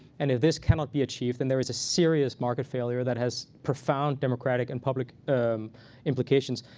and if this cannot be achieved, then there is a serious market failure that has profound democratic and public implications.